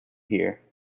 here